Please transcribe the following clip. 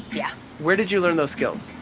yeah. where did you learn those skills?